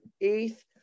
eighth